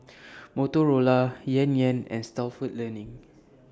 Motorola Yan Yan and Stalford Learning